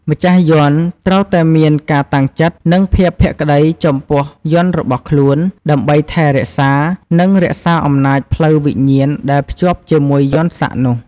ម្ចាស់យន្តត្រូវតែមាន ការតាំងចិត្ត និង ភាពភក្តី ចំពោះយន្តរបស់ខ្លួន ដើម្បីថែរក្សា និងរក្សាអំណាចផ្លូវវិញ្ញាណដែលភ្ជាប់ជាមួយយន្តសាក់នោះ។